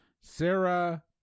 Sarah